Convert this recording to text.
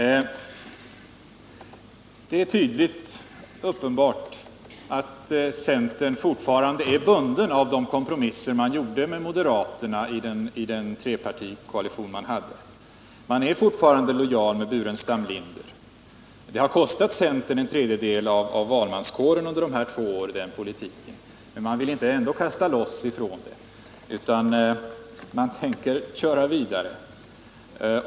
Det är uppenbart att centern fortfarande är bunden av de kompromisser man gjorde med moderaterna i trepartikoalitionen. Man är fortfarande lojal mot Burenstam Linder. Den politiken har kostat centern en tredjedel av dess väljare, men man vill ändå inte kasta loss utan tänker köra vidare.